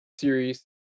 series